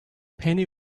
penny